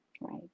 Right